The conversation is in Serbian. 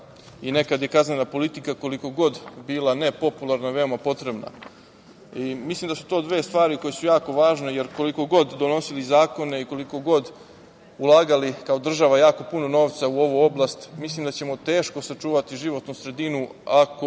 Nekad je kaznena politika, koliko god bila nepopularna, veoma potrebna. Mislim da su to dve stvari koje su jako važne, jer koliko god donosili zakone i koliko god ulagali kao država jako puno novca u ovu oblast, mislim da ćemo teško sačuvati životnu sredinu ako